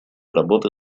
работы